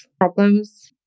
problems